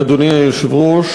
אדוני היושב-ראש,